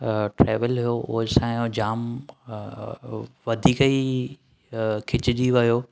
travel हुयो उहो असांजो जाम वधीक ई खिचजी वियो